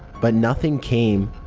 but nothing came.